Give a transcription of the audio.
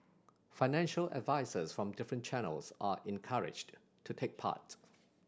financial advisers from different channels are encouraged to take part